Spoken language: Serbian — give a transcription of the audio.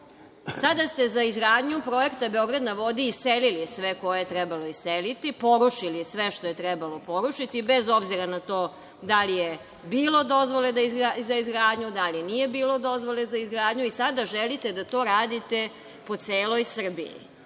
Sada ste za izgradnju projekta „Beograd na vodi“ iselili sve koje je trebalo iseliti, porušili sve što je trebalo porušiti, bez obzira na to da li je bilo dozvole za izgradnju, da li nije bilo dozvole za izgradnju i sada želite da to radite po celoj Srbiji. Dakle,